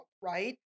Right